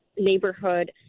Neighborhood